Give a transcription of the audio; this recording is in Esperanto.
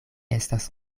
estas